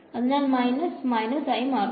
അതിനാൽ minus minus ആയി മാറുന്നു